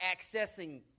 accessing